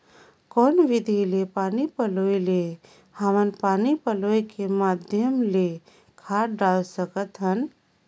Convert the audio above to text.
कौन विधि के पानी पलोय ले हमन पानी पलोय के माध्यम ले खाद डाल सकत हन?